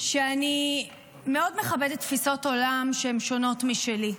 שאני מכבדת מאוד תפיסות עולם ששונות משלי,